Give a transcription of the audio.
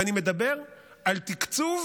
ואני מדבר על תקצוב